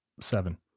Seven